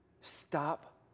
Stop